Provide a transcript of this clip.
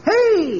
Hey